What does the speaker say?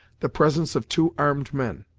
the presence of two armed men,